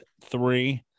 three